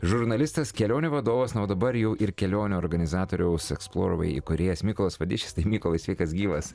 žurnalistas kelionių vadovas na o dabar jau ir kelionių organizatoriaus eksplorvay įkūrėjas mykolas vadišis tai mykolai sveikas gyvas